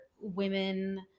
women